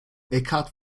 eckhart